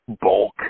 bulk